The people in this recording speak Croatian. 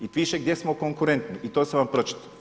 I piše gdje smo konkurentni i to sam vam pročitao.